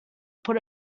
put